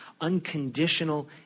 unconditional